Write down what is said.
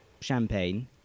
Champagne